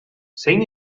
zein